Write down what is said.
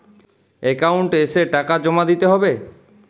Account এসে টাকা জমা দিতে হবে?